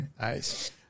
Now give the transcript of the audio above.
Nice